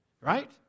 right